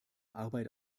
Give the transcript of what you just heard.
arbeit